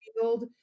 field